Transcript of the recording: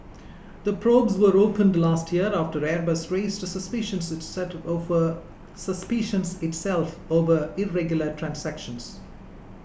the probes were opened last year after Airbus raised suspicions itself over irregular transactions